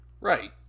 Right